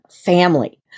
family